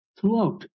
throughout